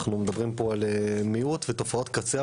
אנחנו מדברים פה על מיעוט ותופעות קצה,